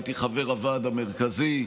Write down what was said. הייתי חבר הוועד המרכזי.